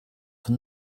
from